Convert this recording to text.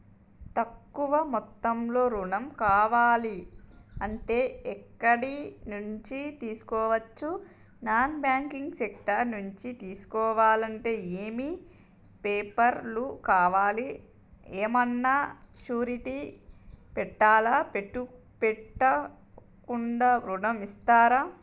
తక్కువ మొత్తంలో ఋణం కావాలి అంటే ఎక్కడి నుంచి తీసుకోవచ్చు? నాన్ బ్యాంకింగ్ సెక్టార్ నుంచి తీసుకోవాలంటే ఏమి పేపర్ లు కావాలి? ఏమన్నా షూరిటీ పెట్టాలా? పెట్టకుండా ఋణం ఇస్తరా?